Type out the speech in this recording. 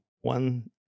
one